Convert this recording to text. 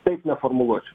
taip neformuluočiau